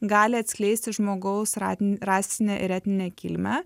gali atskleisti žmogaus ra rasinę ir etninę kilmę